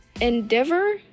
Endeavor